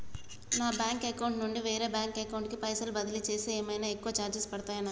నా bank account నుండి వేరే బ్యాంక్ అకౌంట్ కి పైసల్ బదిలీ చేస్తే ఏమైనా ఎక్కువ చార్జెస్ పడ్తయా నాకు?